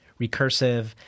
recursive